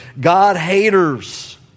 God-haters